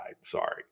Sorry